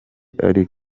ari